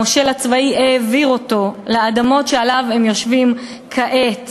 המושל הצבאי העביר אותו לאדמות שעליהן הם יושבים כעת,